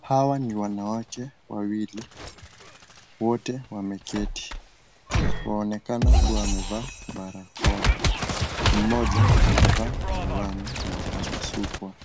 Hawa ni wanawake wawili. Wote wameketi. Waonekana kuwa wamevaa barakoa. Mmoja amevaa miwani na amesukwa.